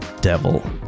devil